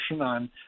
on